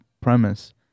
premise